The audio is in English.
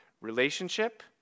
Relationship